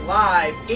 live